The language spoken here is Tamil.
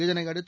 இதனையடுத்து